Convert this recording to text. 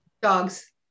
Dogs